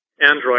Android